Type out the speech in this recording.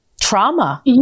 trauma